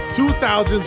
2000s